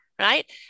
right